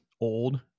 old